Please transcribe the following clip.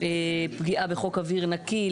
פגיעה בחוק אוויר נקי,